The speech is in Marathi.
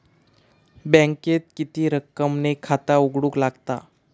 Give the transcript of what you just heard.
बँकेत किती रक्कम ने खाता उघडूक लागता?